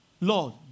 Lord